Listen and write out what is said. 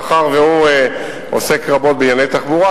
מאחר שהוא עוסק רבות בענייני תחבורה,